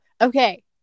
okay